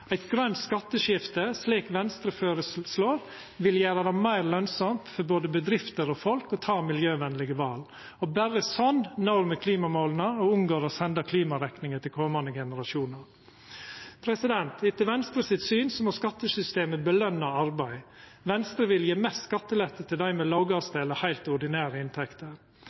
Eit grønt skatteskifte, slik Venstre føreslår, vil gjera det meir lønsamt for både bedrifter og folk å ta miljøvenlege val. Berre slik når me klimamåla og unngår å senda klimarekninga til komande generasjonar. Etter Venstre sitt syn må skattesystemet påskjøna arbeid. Venstre vil gje mest skattelette til dei med dei lågaste eller heilt ordinære inntekter.